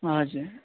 हजुर